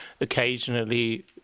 occasionally